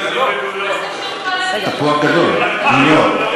מה קשור, תפוח גדול, ניו-יורק.